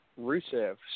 Rusev